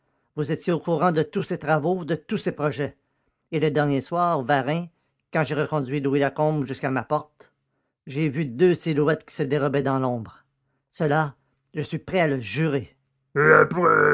vous étiez au courant de tous ses travaux de tous ses projets et le dernier soir varin quand j'ai reconduit louis lacombe jusqu'à ma porte j'ai vu deux silhouettes qui se dérobaient dans l'ombre cela je suis prêt à le jurer